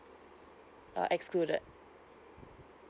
ah excluded